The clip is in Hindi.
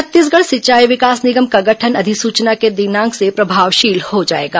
छत्तीसगढ़ सिंचाई विकास निगम का गठन अधिसूचना के दिनांक से प्रभावशील हो जाएगा